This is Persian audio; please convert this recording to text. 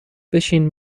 بشین